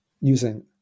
using